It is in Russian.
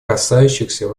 касающихся